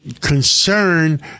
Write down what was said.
concern